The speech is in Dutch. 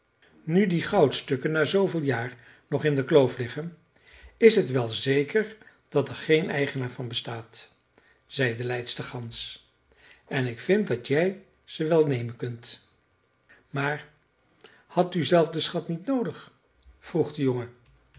nu die goudstukken na zooveel jaar nog in de kloof liggen is het wel zeker dat er geen eigenaar van bestaat zei de leidstergans en ik vind dat jij ze wel nemen kunt maar hadt u zelf den schat niet noodig vroeg de jongen